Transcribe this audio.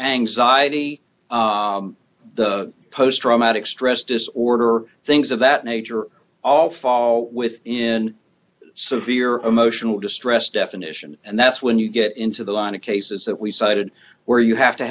anxiety the post traumatic stress disorder things of that nature all fall within the severe emotional distress definition and that's when you get into the line of cases that we cited where you have to